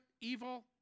Evil